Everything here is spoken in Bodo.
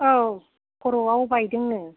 औ खर'आव बायदोंनो